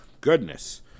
Goodness